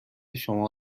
شما